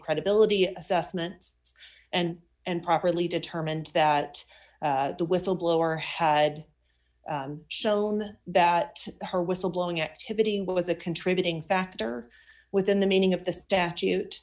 credibility assessments and and properly determined that the whistleblower had shown that her whistle blowing activity was a contributing factor within the meaning of the statute